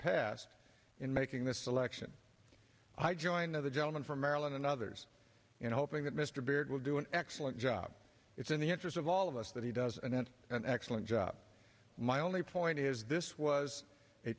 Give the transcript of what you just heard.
past in making the selection i joined of the gentleman from maryland and others in hoping that mr baird will do an excellent job it's in the interest of all of us that he does and that's an excellent job my only point is this was a